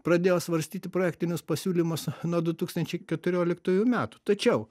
pradėjo svarstyti projektinius pasiūlymus nuo du tūkstančiai keturioliktųjų metų tačiau